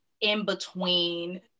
in-between